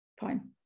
fine